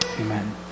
Amen